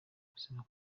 ubuzima